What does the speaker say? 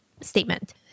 statement